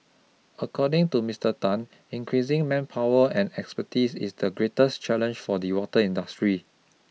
according to Mister Tan increasing manpower and expertise is the greatest challenge for the water industry